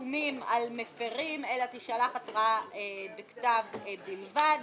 עיצומים על מפירים, אלא תישלח התראה בכתב בלבד.